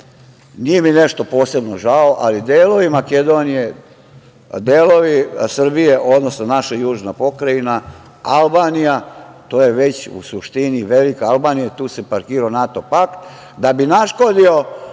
Nije mi nešto posebno žao, ali delovi Makedonije, delovi Srbije, odnosno naša južna pokrajina, Albanija to je već u suštini, velika Albanija, i tu se parkirao NATO pakt, da bi naškodio